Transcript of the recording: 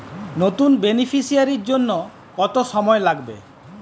নতুন বেনিফিসিয়ারি জন্য কত সময় লাগবে?